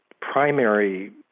primary